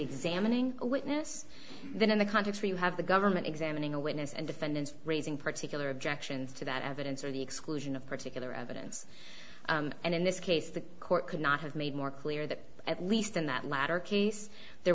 examining a witness then in the context or you have the government examining a witness and defendants raising particular objections to that evidence or the exclusion of particular evidence and in this case the court could not have made more clear that at least in that latter case there